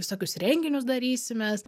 visokius renginius darysimės